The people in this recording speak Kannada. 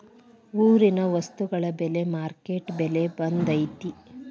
ಊರಿನ ವಸ್ತುಗಳ ಬೆಲೆ ಮಾರುಕಟ್ಟೆ ಬೆಲೆ ಒಂದ್ ಐತಿ?